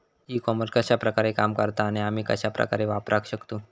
E commerce कश्या प्रकारे काम करता आणि आमी कश्या प्रकारे वापराक शकतू?